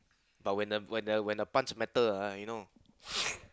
but when the when the when the punch matter ah you know